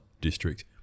District